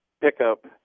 pickup